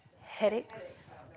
Headaches